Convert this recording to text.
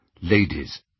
ladies